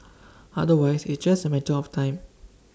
otherwise it's just A matter of time